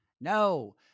No